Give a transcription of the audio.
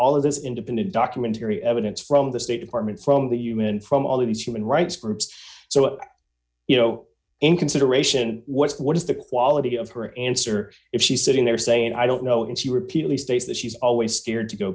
all of this independent documentary evidence from the state department from the human from all these human rights groups so you know in consideration what's what is the quality of her answer if she's sitting there saying i don't know and she repeatedly states that she's always scared to go